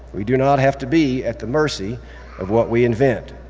we do not have to be at the mercy of what we invent.